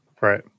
right